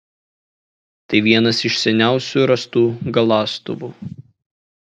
tai vienas iš seniausių rastų galąstuvų